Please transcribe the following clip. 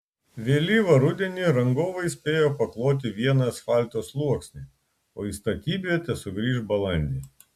vėlyvą rudenį rangovai spėjo pakloti vieną asfalto sluoksnį o į statybvietę sugrįš balandį